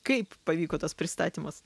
kaip pavyko tas pristatymas